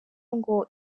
ngo